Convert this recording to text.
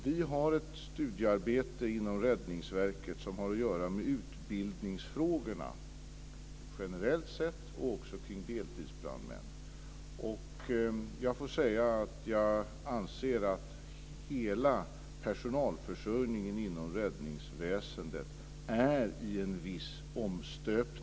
Det pågår ett studiearbete inom Räddningsverket som har att göra med utbildningsfrågorna, generellt sett och också kring deltidsbrandmän. Jag anser att hela personalförsörjningen inom räddningsväsendet genomgår en viss omstöpning.